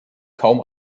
kaum